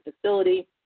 facility